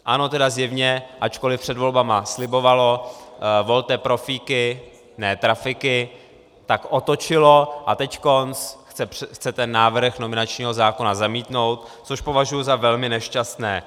ANO teda zjevně, ačkoli před volbami slibovalo volte profíky, ne trafiky, tak otočilo a teď chce ten návrh nominačního zákona zamítnout, což považuji za velmi nešťastné.